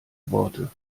worte